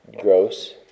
gross